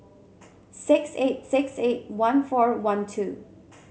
six eight six eight one four one two